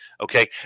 Okay